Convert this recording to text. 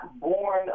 born